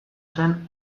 zen